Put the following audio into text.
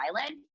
Island